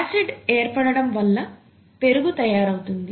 acid ఏర్పడడం వల్ల పెరుగు తయారవుతుంది